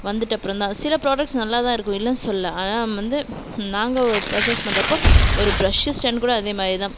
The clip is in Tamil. வந்துட்டு அப்புறம் தான் சில ப்ராடெக்ட்ஸ் நல்லாதான் இருக்கும் இல்லைன்னு சொல்லலை ஆனால் வந்து நாங்கள் பர்ச்சேஸ் பண்ணுறப்போ ஒரு ப்ரஷ்ஷு ஸ்டாண்ட் கூட அதேமாதிரி தான்